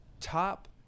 Top